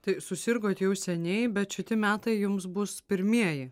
tai susirgot jau seniai bet šiti metai jums bus pirmieji